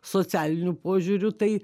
socialiniu požiūriu tai